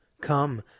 Come